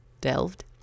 delved